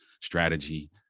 strategy